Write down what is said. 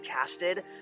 casted